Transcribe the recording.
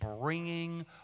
bringing